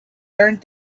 learned